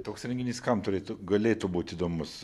toks renginys kam turėtų galėtų būt įdomus